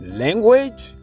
language